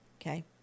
okay